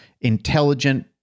intelligent